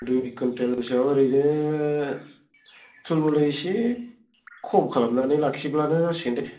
दुइ कुविन्टेलसोआव ओरैनो थुलमुलै इसे खम खालामनानै लाखिब्लानो जासिगोन दे